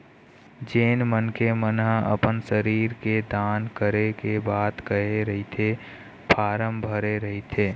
जेन मनखे मन ह अपन शरीर के दान करे के बात कहे रहिथे फारम भरे रहिथे